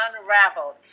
unraveled